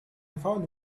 found